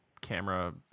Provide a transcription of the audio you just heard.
camera